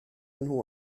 nhw